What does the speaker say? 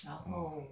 mm